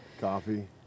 Coffee